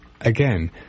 again